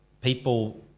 people